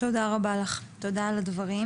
תודה רבה לך על הדברים.